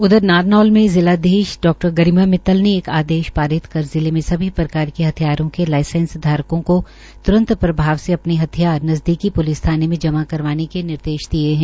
उधर नारनौल मे जिलाधीश डा गरिमा मितल ने एक आदेश पारित कर जिले में सभी प्रकार के हिथयारों के लाइसेंस धारकों को त्रंत प्रभाव से अपने हिथयार नज़दीकी प्लिस थाने में जमा करवाने के निर्देश दिये है